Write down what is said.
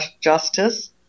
Justice